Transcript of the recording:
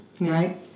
right